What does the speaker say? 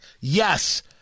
Yes